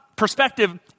perspective